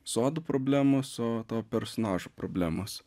sodų problemos o to personažo problemos